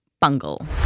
bungle